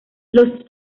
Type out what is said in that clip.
los